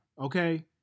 Okay